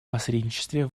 посредничестве